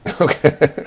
Okay